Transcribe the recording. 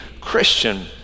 Christian